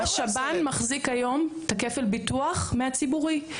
השב"ן מחזיק כיום את כפל הביטוח מהציבורי.